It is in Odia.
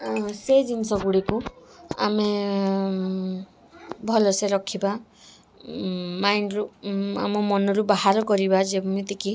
ସେ ଜିନିଷ ଗୁଡ଼ିକୁ ଆମେ ଭଲସେ ରଖିବା ମାଇଣ୍ଡରୁ ଆମ ମନରୁ ବାହାର କରିବା ଯେମିତିକି